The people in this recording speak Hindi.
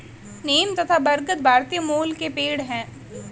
नीम तथा बरगद भारतीय मूल के पेड है